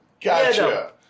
Gotcha